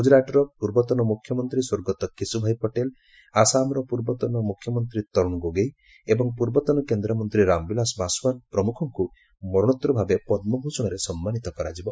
ଗୁଜରାଟର ପୂର୍ବତନ ମୁଖ୍ୟମନ୍ତ୍ରୀ ସ୍ୱର୍ଗତ କେସୁଭାଇ ପଟେଲ ଆସାମର ପୂର୍ବତନ ମୁଖ୍ୟମନ୍ତ୍ରୀ ତରୁଣ ଗୋଗେଇ ଏବଂ ପୂର୍ବତନ କେନ୍ଦ୍ରମନ୍ତ୍ରୀ ରାମବିଳାସ ପାଶୱାନ ପ୍ରମୁଖଙ୍କୁ ମରଣୋତ୍ତରଭାବେ ପଦ୍କଭୂଷଣରେ ସମ୍ମାନିତ କରାଯିବ